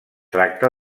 tracta